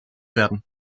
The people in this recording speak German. werden